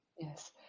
Yes